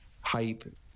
hype